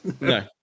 No